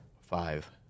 Five